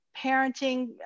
parenting